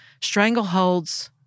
strangleholds